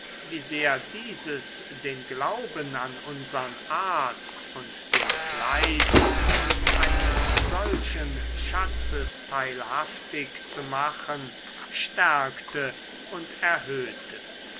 wie sehr dieses den glauben an unsern arzt und den fleiß uns eines solchen schatzes teilhaftig zu machen stärkte und erhöhte